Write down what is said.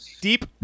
deep